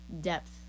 depth